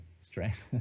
stress